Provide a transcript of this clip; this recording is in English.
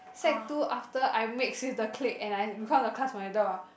sec two after I mix with the clique and I because the class monitor ah